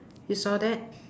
you saw that